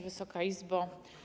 Wysoka Izbo!